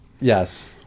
yes